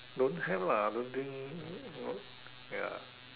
don't have lah don't think no ya